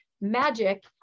magic